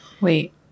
Wait